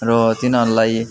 र तिनीहरूलाई